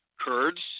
Kurds